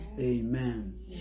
Amen